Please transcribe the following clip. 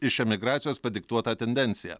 iš emigracijos padiktuotą tendenciją